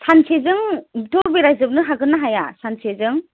सानसेजोंथ' बेरायजोबनो हागोनना हाया सानसेजों